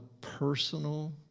personal